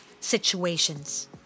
situations